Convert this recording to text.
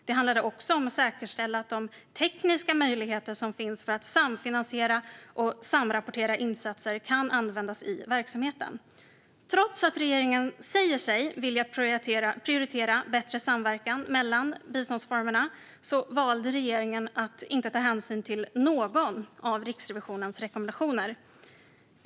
Det handlade också om att säkerställa att de tekniska möjligheter som finns för att samfinansiera och samrapportera insatser kan användas i verksamheten. Trots att regeringen säger sig vilja prioritera bättre samverkan mellan biståndsformerna valde regeringen att inte ta hänsyn till någon av Riksrevisionens rekommendationer.